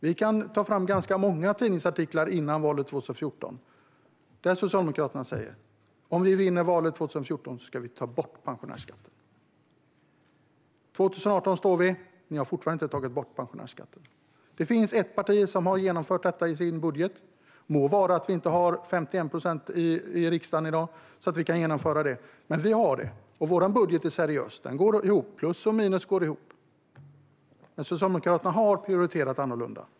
Vi kan ta fram ganska många tidningsartiklar före valet 2014 där Socialdemokraterna säger: Om vi vinner valet 2014 ska vi ta bort pensionärsskatten. Det är nu 2018, och ni har fortfarande inte tagit bort pensionärsskatten. Det finns ett parti som har genomfört detta i sin budget. Det må vara att vi inte har 51 procent i riksdagen i dag så att vi kan genomföra det. Men vi har det, och vår budget är seriös. Den går ihop med plus och minus. Socialdemokraterna har prioriterat annorlunda.